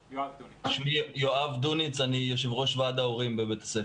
שמי יואב דוניץ אני יו"ר ועד ההורים בבית הספר.